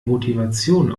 motivation